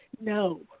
No